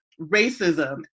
racism